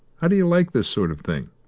how do you like this sort of thing?